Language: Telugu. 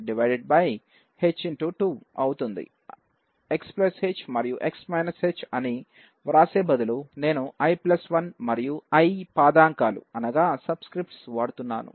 xh మరియు అని వ్రాసే బదులు నేను i1 మరియు i పాదాంకాలు వాడుతున్నాను